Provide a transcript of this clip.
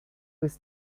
was